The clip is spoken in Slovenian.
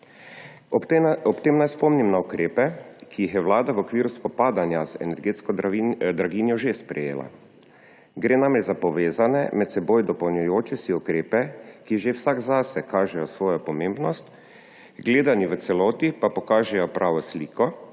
Ob tem naj spomnim na ukrepe, ki jih je Vlada v okviru spopadanja z energetsko draginjo že sprejela. Gre namreč za povezane, med seboj dopolnjujoče se ukrepe, ki že vsak zase kaže svojo pomembnost, gledani v celoti pa pokažejo pravo sliko